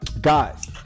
guys